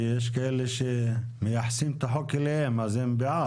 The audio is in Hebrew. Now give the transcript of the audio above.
כי יש כאלה שמייחסים את החוק אליהם, אז הם בעד.